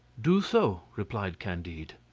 do so, replied candide.